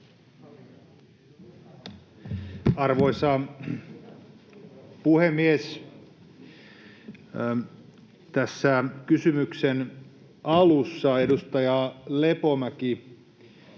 Arvoisa puhemies! Tässä kysymyksen alussa edustaja Lepomäki